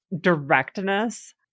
directness